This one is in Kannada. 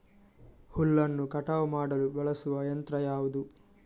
ಹುಲ್ಲನ್ನು ಕಟಾವು ಮಾಡಲು ಬಳಸುವ ಯಂತ್ರ ಯಾವುದು?